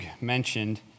mentioned